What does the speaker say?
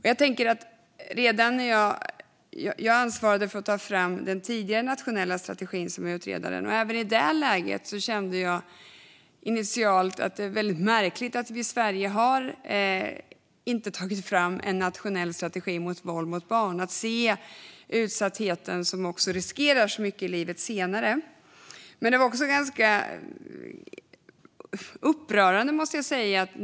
Jag ansvarade som utredare för att ta fram den tidigare nationella strategin. Även i det läget kände jag initialt att det var märkligt att vi i Sverige inte hade tagit fram en nationell strategi mot våld mot barn. Utsattheten riskerar mycket också senare i livet. En sak var ganska upprörande.